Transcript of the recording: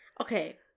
Okay